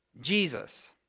Jesus